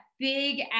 big